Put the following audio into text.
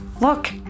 look